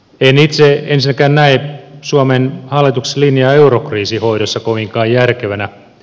en itse ensinnäkään näe suomen hallituksen linjaa eurokriisin hoidossa kovinkaan järkevänä